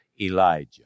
Elijah